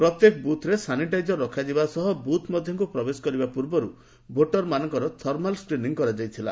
ପ୍ରତ୍ୟେକ ବୁଥ୍ରେ ସାନିଟାଇଜର୍ ରଖାଯିବା ସହ ବୁଥ୍ ମଧ୍ୟକୁ ପ୍ରବେଶ କରିବା ପୂର୍ବରୁ ଭୋଟର୍ମାନଙ୍କ ଥର୍ମାଲ୍ ସ୍କ୍ରିନିଂ କରାଯାଇଥିଲା